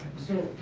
so,